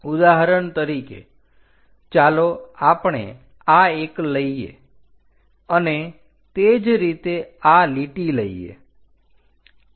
ઉદાહરણ તરીકે ચાલો આપણે આ એક લઈએ અને તે જ રીતે આ લીટી લઈએ